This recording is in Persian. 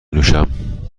نوشم